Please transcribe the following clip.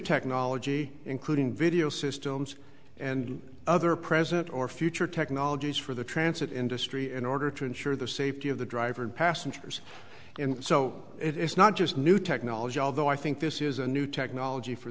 technology including video systems and other present or future technologies for the transit industry in order to ensure the safety of the driver and passengers in so it is not just new technology although i think this is a new technology for